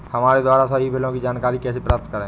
हमारे द्वारा सभी बिलों की जानकारी कैसे प्राप्त करें?